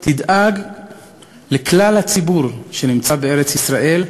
תדאג לכלל הציבור שנמצא בארץ ישראל,